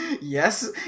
Yes